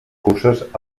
curses